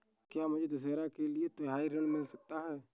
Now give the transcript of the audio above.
क्या मुझे दशहरा के लिए त्योहारी ऋण मिल सकता है?